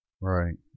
Right